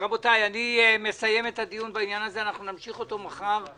אני רוצה ברשותך שני נושאים.